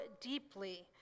deeply